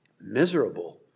Miserable